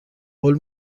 قول